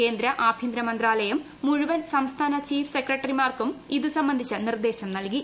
കേന്ദ്ര ആഭ്യന്തര മന്ത്രാലയം മുഴുവൻ സംസ്ഥാന ചീഫ് സെക്രട്ടറിമാർക്കും ഇത് സംബന്ധിച്ച നിർദ്ദേശം നൽകി